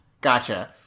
Gotcha